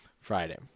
Friday